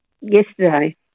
yesterday